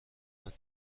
داد